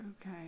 Okay